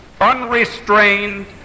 unrestrained